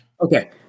Okay